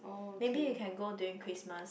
maybe we can go during Christmas